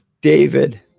david